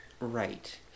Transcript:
Right